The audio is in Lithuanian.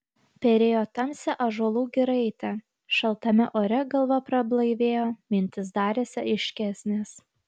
perėjo tamsią ąžuolų giraitę šaltame ore galva prablaivėjo mintys darėsi aiškesnės